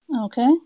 okay